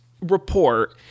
report